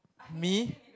me